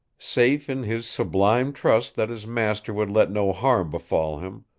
safe in his sublime trust that his master would let no harm befall him,